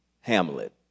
Hamlet